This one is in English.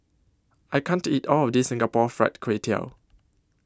I can't eat All of This Singapore Fried Kway Tiao